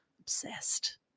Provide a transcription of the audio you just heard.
Obsessed